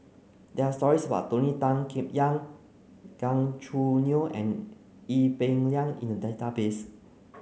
there stories about Tony Tan Keng Yam Gan Choo Neo and Ee Peng Liang in the database